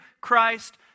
Christ